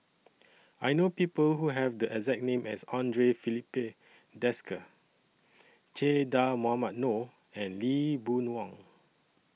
I know People Who Have The exact name as Andre Filipe Desker Che Dah Mohamed Noor and Lee Boon Wang